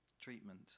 treatment